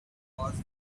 first